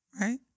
Right